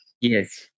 Yes